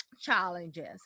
challenges